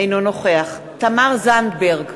אינו נוכח תמר זנדברג,